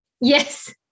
Yes